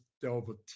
delve